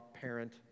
parent